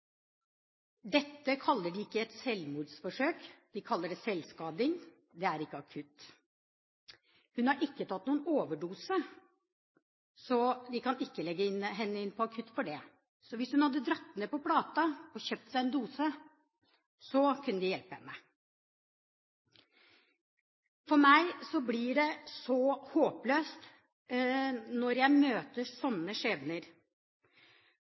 Dette kaller de ikke et selvmordsforsøk, de kaller det selvskading, og det er ikke akutt. Hun har ikke tatt noen overdose, så de kan ikke legge henne inn på akutten for det. Men hvis hun hadde dradd ned på Plata og kjøpt seg en dose, kunne de ha hjulpet henne. For meg blir det så håpløst når jeg møter